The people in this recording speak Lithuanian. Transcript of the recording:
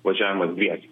važiavimas dviese